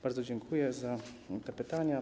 Bardzo dziękuję za te pytania.